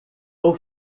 vou